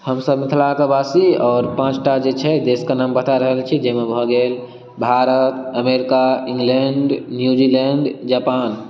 हमसब मिथिला कऽ बासी आओर पांँचटा जे छै देश कऽ नाम बता रहल छी जाहिमे भऽ गेल Bharat America England New Zealand Japan